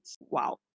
Wow